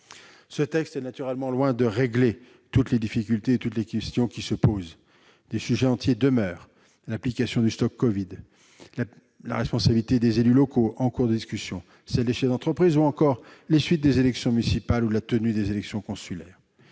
Ce texte est naturellement loin de régler toutes les difficultés et toutes les questions qui se posent ; des problèmes entiers demeurent : l'application StopCovid, la responsabilité des élus locaux, en cours de discussion, celle des chefs d'entreprise ou encore les suites des élections municipales ou la tenue des élections consulaires.